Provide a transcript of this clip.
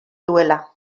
duela